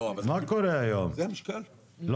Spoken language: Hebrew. לא יודע אם זה לחמש שנים, להוראת השעה.